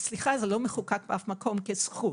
זה לא מחוקק באף מקום כזכות.